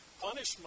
Punishment